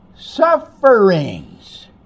sufferings